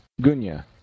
gunya